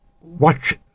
watch